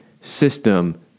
system